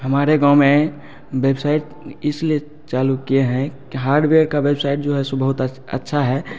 हमारे गाँव में बेबसाइट इसलिए चालू किए हैं कि हार्डवेयर का वेबसाइट जो है सो बहुत अच्छा है